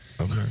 Okay